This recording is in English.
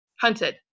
hunted